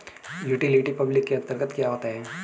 Utility public के अंतर्गत क्या आता है?